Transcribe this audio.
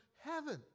heaven